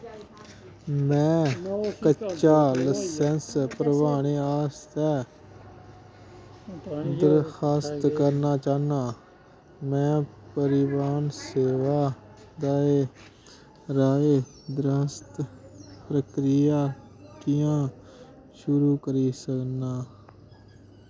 में कच्चा लसैंस भरवाने आस्तै दरखास्त करना चाह्न्नां में परिवाहन सेवा दे राहें दरखास्त प्रक्रिया कि'यां शुरू करी सकना